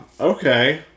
Okay